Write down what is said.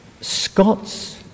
Scots